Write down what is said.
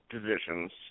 positions